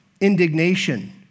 indignation